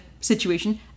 situation